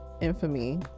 infamy